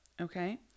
Okay